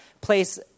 place